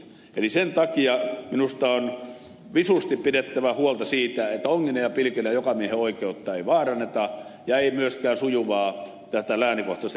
eli sen takia minusta on visusti pidettävä huolta siitä että onginnan ja pilkinnän jokamiehenoikeutta ei vaaranneta eikä myöskään sujuvaa läänikohtaista viehekorttimaksujärjestelmää